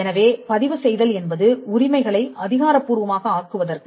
எனவே பதிவு செய்தல் என்பது உரிமைகளை அதிகாரப்பூர்வமாக ஆக்குவதற்கு